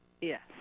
yes